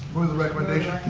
move the recommendation.